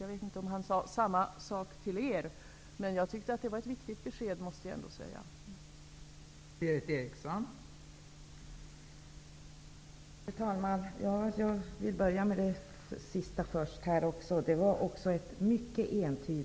Jag vet inte om han sade samma sak till er, men jag måste ändå säga att jag tyckte att det var ett viktigt besked.